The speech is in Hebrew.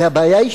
והבעיה היא,